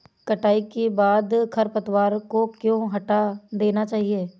कटाई के बाद खरपतवार को क्यो हटा देना चाहिए?